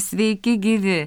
sveiki gyvi